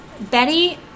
Betty